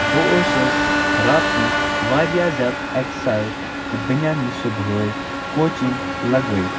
بہٕ اوسُس روتلی واریاہ زیادٕ اٮ۪کسایٹ کہِ بہٕ نِمہٕ یہِ صُبحٲے کوچِنٛگ لَگٲوِتھ